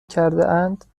کردهاند